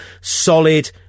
solid